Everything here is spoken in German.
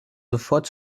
sofort